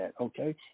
okay